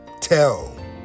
tell